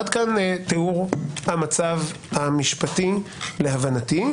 עד כאן תיאור המצב המשפטי להבנתי,